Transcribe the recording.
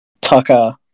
Tucker